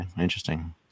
Interesting